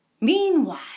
meanwhile